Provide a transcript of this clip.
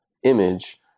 image